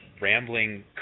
rambling